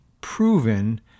proven